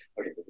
okay